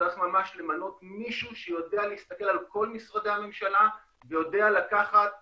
צריך למנות מישהו שיודע להסתכל על כל משרדי הממשלה ויודע לקחת נייר,